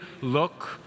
look